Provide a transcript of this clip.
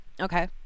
Okay